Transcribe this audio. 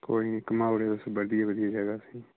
कोई नी घुमाऊ ओड़ेयो तुस बधिया बधिया जगह असें